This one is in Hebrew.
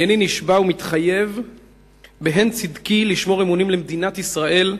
"הנני נשבע ומתחייב בהן צדקי לשמור אמונים למדינת ישראל,